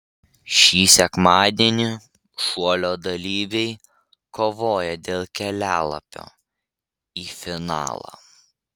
šį sekmadienį šuolio dalyviai kovoja dėl kelialapio į finalą